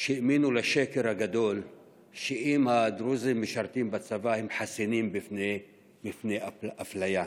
שהאמינו לשקר הגדול שאם הדרוזים משרתים בצבא הם חסינים בפני אפליה.